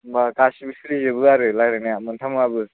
होनबा गासिबो सोलिजोबो आरो लायराइना मोनथामाबो